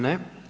Ne.